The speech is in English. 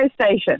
station